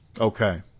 Okay